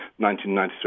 1993